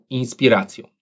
inspiracją